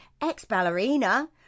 ex-ballerina